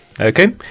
Okay